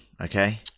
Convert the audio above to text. okay